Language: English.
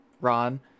Ron